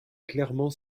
clairement